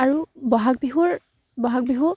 আৰু বহাগ বিহুৰ বহাগ বিহু